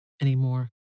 anymore